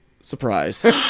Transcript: Surprise